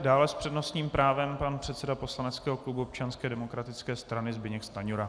Dále s přednostním právem pan předseda poslaneckého klubu Občanské demokratické strany Zbyněk Stanjura.